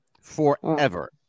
forever